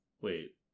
wait